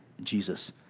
Jesus